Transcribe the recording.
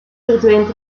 verdwijnt